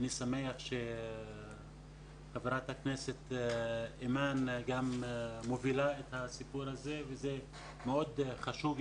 אני שמח שחברת הכנסת אימאן גם מובילה את הסיפור הזה וזה מאוד חשוב.